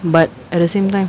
but at the same time